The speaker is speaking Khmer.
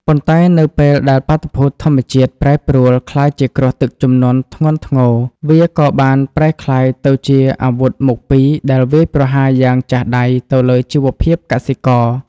ប៉ុន្តែនៅពេលដែលបាតុភូតធម្មជាតិប្រែប្រួលក្លាយជាគ្រោះទឹកជំនន់ធ្ងន់ធ្ងរ វាក៏បានប្រែក្លាយទៅជាអាវុធមុខពីរដែលវាយប្រហារយ៉ាងចាស់ដៃទៅលើជីវភាពកសិករ។